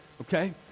okay